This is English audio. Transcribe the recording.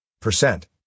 percent